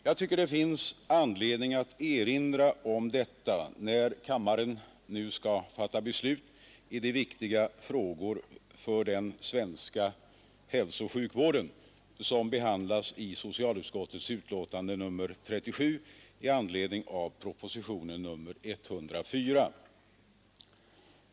Jag tycker det finns anledning att erinra om detta när kammaren nu skall fatta beslut i de viktiga frågor för den svenska hälsooch sjukvården som behandlas i socialutskottets betänkande nr 37 i anledning av propositionen 104.